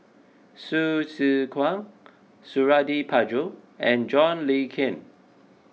Hsu Tse Kwang Suradi Parjo and John Le Cain